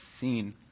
seen